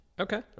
Okay